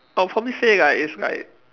I'll probably say like it's like